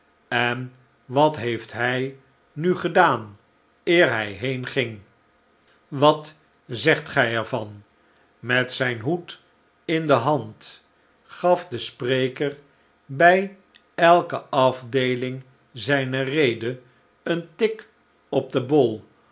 en wat heeft hij nu gedaan eer hij heenging wat zegt gij er van met zijn hoed in de hand gaf de spreker bij elke afdeeling zijner rede een tik op den bol